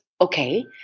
okay